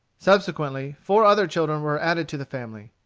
subsequently four other children were added to the family.